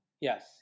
Yes